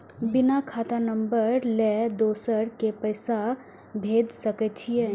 बिना खाता नंबर लेल दोसर के पास पैसा भेज सके छीए?